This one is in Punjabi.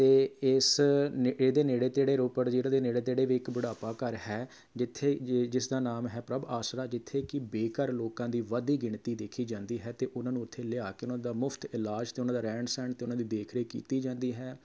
ਅਤੇ ਇਸ ਨ ਇਹਦੇ ਨੇੜੇ ਤੇੜੇ ਰੋਪੜ ਜ਼ਿਲ੍ਹੇ ਦੇ ਨੇੜੇ ਤੇੜੇ ਇੱਕ ਬੁਢਾਪਾ ਘਰ ਹੈ ਜਿੱਥੇ ਜਿ ਜਿਸਦਾ ਨਾਮ ਹੈ ਪ੍ਰਭ ਆਸਰਾ ਜਿੱਥੇ ਕਿ ਬੇਘਰ ਲੋਕਾਂ ਦੀ ਵੱਧਦੀ ਗਿਣਤੀ ਦੇਖੀ ਜਾਂਦੀ ਹੈ ਅਤੇ ਉਹਨਾਂ ਨੂੰ ਉੱਥੇ ਲਿਆ ਕੇ ਉਨ੍ਹਾਂ ਦਾ ਮੁਫ਼ਤ ਇਲਾਜ ਅਤੇ ਉਨ੍ਹਾਂ ਦਾ ਰਹਿਣ ਸਹਿਣ ਅਤੇ ਉਹਨਾਂ ਦੀ ਦੇਖ ਰੇਖ ਕੀਤੀ ਜਾਂਦੀ ਹੈ